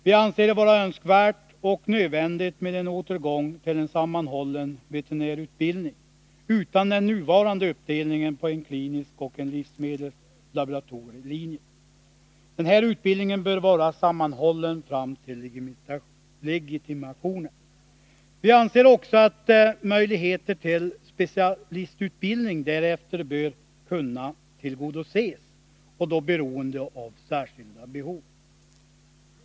Vi anser det vara önskvärt och nödvändigt med en återgång till en sammanhållen veterinärutbildning, utan den nuvarande uppdelningen på en klinisk och en livsmedels-laboratorielinje. Den här utbildningen bör vara sammanhållen fram till legitimationen. Vi anser också att möjligheter till specialistutbildning därefter bör kunna ges, beroende av särskilda behov.